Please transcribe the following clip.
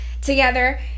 together